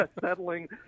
settling